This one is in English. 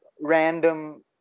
random